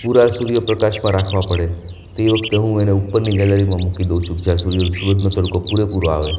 પૂરા સુર્ય પ્રકાશમાં રાખવા પડે તે વખતે હું એને ઉપરની ગેલેરીમાં મૂકી દઉં છું જ્યાં સુર્ય સૂરજનો તડકો પૂરેપૂરો આવે